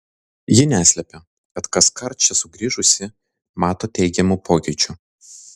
ji neslepia kad kaskart čia sugrįžusi mato teigiamų pokyčių